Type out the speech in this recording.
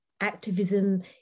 activism